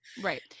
Right